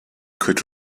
could